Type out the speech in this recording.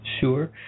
Sure